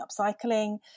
upcycling